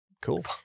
Cool